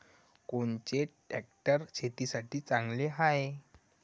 कोनचे ट्रॅक्टर शेतीसाठी चांगले हाये?